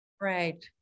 Right